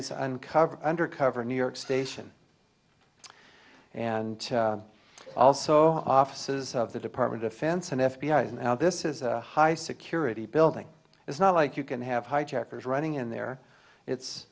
's uncovered undercover new york station and also offices of the department of finance and f b i and now this is a high security building it's not like you can have hijackers running in there it's